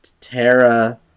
Tara